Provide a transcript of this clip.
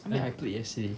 I mean I played yesterday